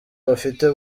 bafite